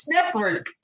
Network